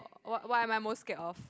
what what I'm most scared of